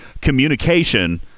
communication